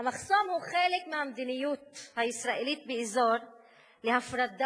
המחסום הוא חלק מהמדיניות הישראלית באזור להפרדה,